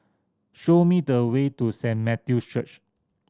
show me the way to Saint Matthew's Church